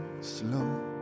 slow